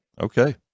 Okay